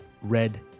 red